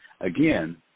again